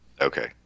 Okay